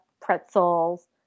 pretzels